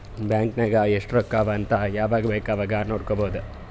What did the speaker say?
bank ನಾಗ್ ಎಸ್ಟ್ ರೊಕ್ಕಾ ಅವಾ ಅಂತ್ ಯವಾಗ ಬೇಕ್ ಅವಾಗ ನೋಡಬೋದ್